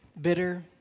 bitter